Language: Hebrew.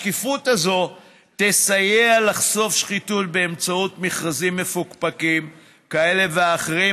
השקיפות הזו תסייע לחשוף שחיתות באמצעות מכרזים מפוקפקים כאלה ואחרים.